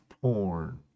porn